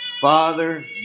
Father